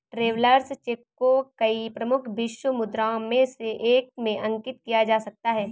travellers cheque को कई प्रमुख विश्व मुद्राओं में से एक में अंकित किया जा सकता है